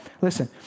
Listen